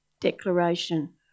Declaration